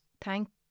thank